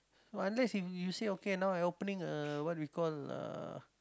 unless if you say okay now I opening a what we call uh